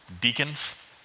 deacons